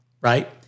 right